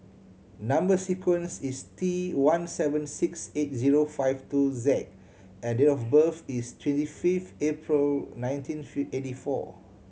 number sequence is T one seven six eight zero five two Z and date of birth is twenty fifth April nineteen eighty four